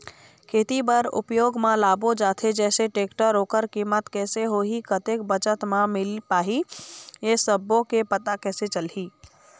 खेती बर उपयोग मा लाबो जाथे जैसे टेक्टर ओकर कीमत कैसे होही कतेक बचत मा मिल पाही ये सब्बो के पता कैसे चलही?